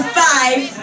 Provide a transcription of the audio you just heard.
five